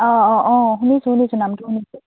অঁ অঁ অঁ শুনিছোঁ শুনিছোঁ নামটো শুনিছোঁ